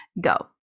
go